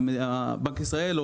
שבנק ישראל,